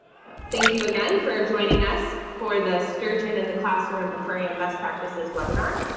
thank you again for joining us for the sturgeon in the classroom aquarium best practices webinar.